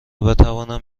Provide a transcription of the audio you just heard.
بتوانند